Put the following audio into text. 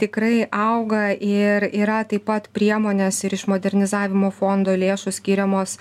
tikrai auga ir yra taip pat priemonės ir iš modernizavimo fondo lėšų skiriamos